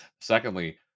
secondly